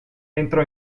entrò